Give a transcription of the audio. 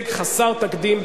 חסר תקדים,